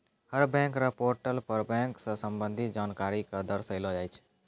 हर bank र portal पर bank स संबंधित जानकारी क दर्शैलो जाय छै